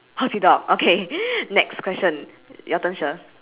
horsey dog okay next question your turn shir